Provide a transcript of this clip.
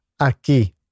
Aquí